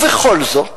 ובכל זאת,